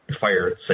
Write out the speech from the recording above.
fire